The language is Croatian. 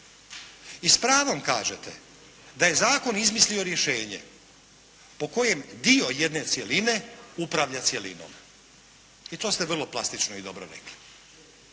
i s pravom kažete da je zakon izmislio rješenje po kojem dio jedne cjeline upravlja cjelinom. I to ste vrlo plastično i dobro rekli,